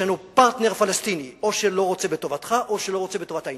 שיש לנו פרטנר פלסטיני שאו שלא רוצה בטובתך או שלא רוצה בטובת העניין,